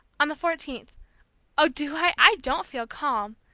on the fourteenth oh, do i? i don't feel calm!